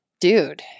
dude